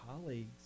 colleagues